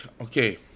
okay